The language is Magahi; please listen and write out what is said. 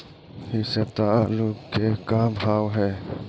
इ सप्ताह आलू के का भाव है?